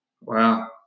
Wow